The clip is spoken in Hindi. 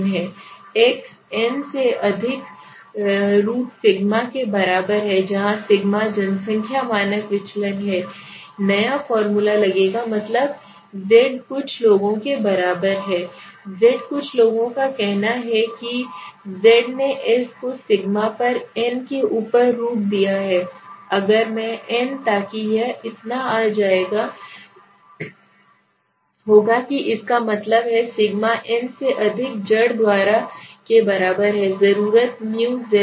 x n से अधिक रूट सिग्मा के बराबर है जहां सिग्मा जनसंख्या मानक विचलन है नया फार्मूला लगेगा मतलब z कुछ लोगों के बराबर है z कुछ लोगों का कहना है कि z ने s को सिग्मा पर n के ऊपर रूट किया है अगर मैं n ताकि यह इतना आ जाएगा होगा कि इसका मतलब है सिग्मा n से अधिक जड़ द्वारा के बराबर है जरूरतμz पर